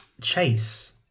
Chase